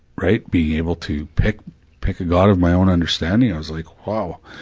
right? being able to pick, pick a god of my own understanding? i was like, wow.